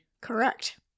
Correct